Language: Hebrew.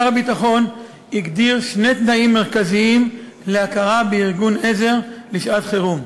שר הביטחון הגדיר שני תנאים מרכזיים להכרה בארגון עזר לשעת-חירום.